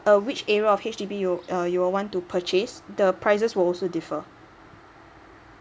which area of H_D_B you uh you all want to purchase the prices were also differ